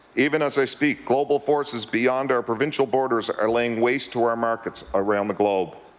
even as i speak global forces beyond our provincial borders are laying waste to our markets around the globe.